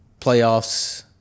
Playoffs